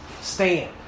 Stand